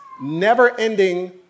never-ending